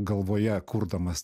galvoje kurdamas